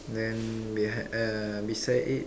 then behind uh beside it